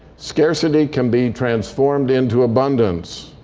scarcity can be transformed into abundance.